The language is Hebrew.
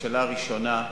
השאלה הראשונה,